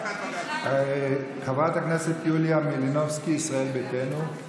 על מה אתה מדבר בכלל?